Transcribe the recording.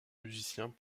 musiciens